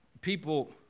people